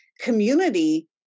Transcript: community